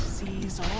c's